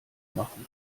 machen